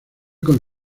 con